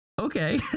okay